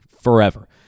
forever